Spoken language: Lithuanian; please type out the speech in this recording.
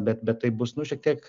bet bet tai bus nu šiek tiek